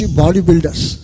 bodybuilders